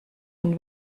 und